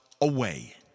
away